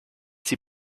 sie